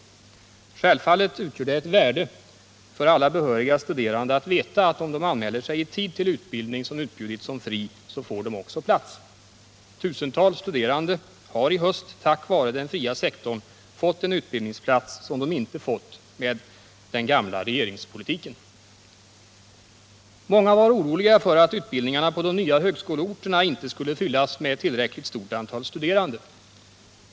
Självfallet utgör det ett värde för alla behöriga studerande att veta att om de anmäler sig i tid till utbildning som utbjudits som fri, så får de plats. Tusentals studerande har i höst tack vare den fria sektorn fått en utbildningsplats som de inte skulle ha fått med den gamla regeringspolitiken. Många var oroliga för att utbildningarna på de nya högskoleorterna inte skulle fyllas med ett tillräckligt stort antal studerande.